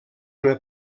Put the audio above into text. una